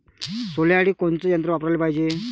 सोल्यासाठी कोनचं यंत्र वापराले पायजे?